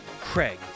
Craig